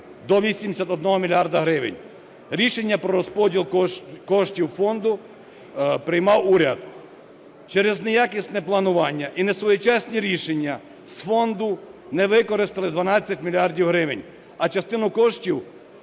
до 81 мільярда гривень. Рішення про розподіл коштів фонду приймав уряд. Через неякісне планування і несвоєчасні рішення з фонду не використали 12 мільярдів гривень. А частину коштів